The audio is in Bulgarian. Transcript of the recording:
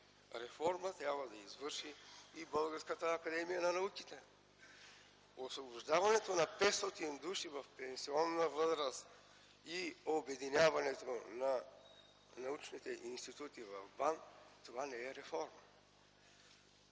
реформа трябва да извърши и Българската академия на науките. Освобождаването на 500 души в пенсионна възраст и обединяването на научните институти в БАН не е реформа.